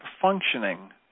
functioning